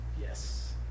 Yes